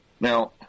Now